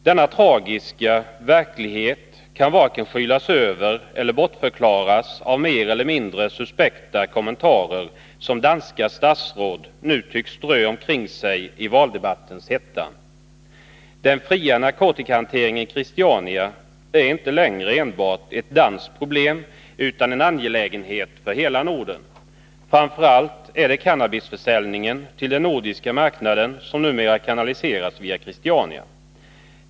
Denna tragiska verklighet kan varken skylas över eller bortförklaras av mer eller mindre suspekta kommentarer, som danska statsråd nu tycks strö omkring sig i valdebattens hetta. Den fria narkotikahanteringen i Christiania är inte längre enbart ett danskt problem utan en angelägenhet för hela Norden. Framför allt är det cannabisförsäljningen till den nordiska marknaden som numera kanaliseras via Christiania.